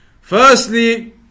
Firstly